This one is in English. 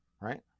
right